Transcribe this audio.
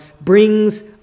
brings